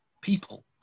people